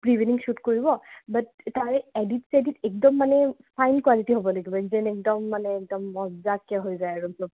pre ৱেডিং shoot কৰিব but তাৰ এডিট চেডিট একদম মানে ফাইন কুৱালিটিৰ হ'ব লাগিব যেন একদম মানে একদম মজাকৈ হৈ যায় আৰু